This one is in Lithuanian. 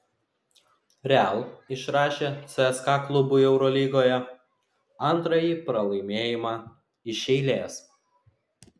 real išrašė cska klubui eurolygoje antrąjį pralaimėjimą iš eilės